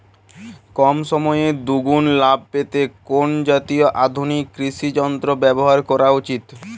কম সময়ে দুগুন লাভ পেতে কোন জাতীয় আধুনিক কৃষি যন্ত্র ব্যবহার করা উচিৎ?